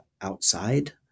outside